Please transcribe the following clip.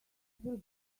feel